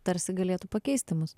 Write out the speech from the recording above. tarsi galėtų pakeisti mus